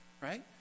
Right